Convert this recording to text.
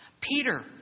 Peter